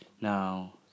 Now